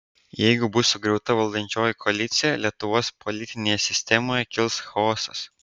jeigu bus sugriauta valdančioji koalicija lietuvos politinėje sistemoje kils chaosas